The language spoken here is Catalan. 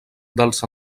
dels